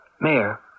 Mayor